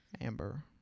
Amber